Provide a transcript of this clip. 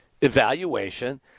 evaluation